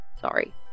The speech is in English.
Sorry